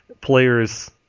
players